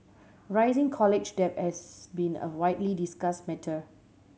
rising college debt has been a widely discussed matter